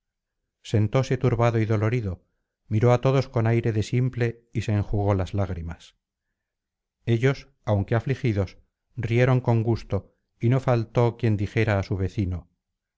sentóse turbado y dolorido miró á todos con aire de simple y se enjugó las lágrimas ellos aunque afligidos rieron con gusto y no faltó quien dijera á su vecino